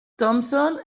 thompson